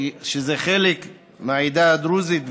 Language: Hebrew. שזה חלק מהעדה הדרוזית,